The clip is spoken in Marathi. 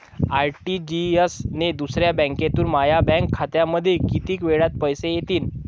आर.टी.जी.एस न दुसऱ्या बँकेमंधून माया बँक खात्यामंधी कितीक वेळातं पैसे येतीनं?